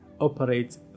operates